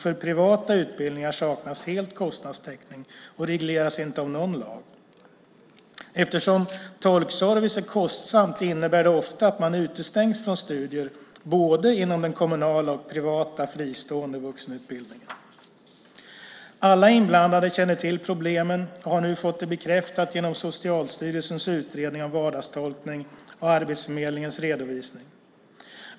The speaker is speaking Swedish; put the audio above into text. För privata utbildningar saknas helt kostnadstäckning, och det regleras inte av någon lag. Eftersom tolkservice är kostsamt innebär det ofta att man utestängs från studier inom både den kommunala och den fristående vuxenutbildningen. Alla inblandade känner till problemen och har nu fått det bekräftat genom Socialstyrelsens utredning om vardagstolkning och Arbetsförmedlingens redovisning.